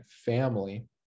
family